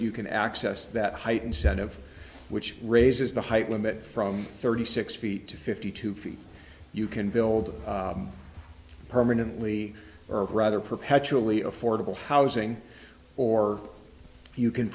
you can access that heightened sense of which raises the height limit from thirty six feet to fifty two feet you can build permanently or rather perpetually affordable housing or you can